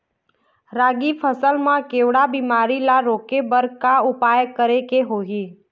रागी फसल मा केवड़ा बीमारी ला रोके बर का उपाय करेक होही?